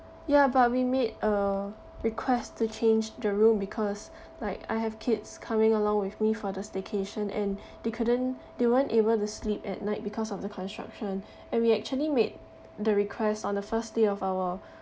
ya but we made a request to change the room because like I have kids coming along with me for the staycation and they couldn't they weren't able to sleep at night because of the construction and we actually made the request on the first day of our